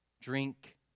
drink